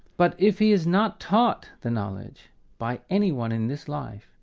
but if he is not taught the knowledge by anyone in this life,